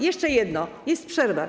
Jeszcze jedno, jest przerwa.